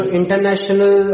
international